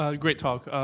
ah great talk.